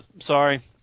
Sorry